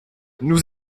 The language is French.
nous